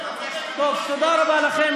תודה רבה לכם.